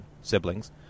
siblings